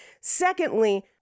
secondly